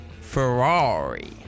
Ferrari